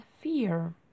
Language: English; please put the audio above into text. fear